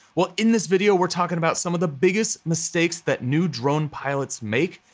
well, in this video we're talking about some of the biggest mistakes that new drone pilots make,